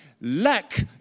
lack